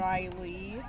Riley